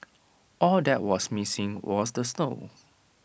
all that was missing was the snow